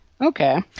Okay